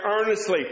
earnestly